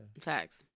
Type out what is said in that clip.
Facts